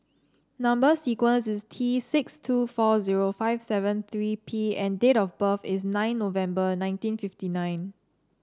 number sequence is T six two four zero five seven three P and date of birth is nine November nineteen fifty nine